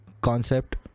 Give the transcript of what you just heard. concept